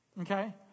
Okay